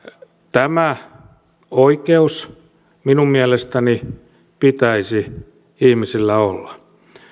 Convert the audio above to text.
tämä oikeus minun mielestäni pitäisi ihmisillä olla